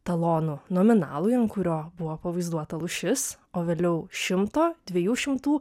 talonų nominalui ant kurio buvo pavaizduota lūšis o vėliau šimto dviejų šimtų